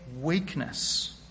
weakness